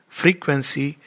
frequency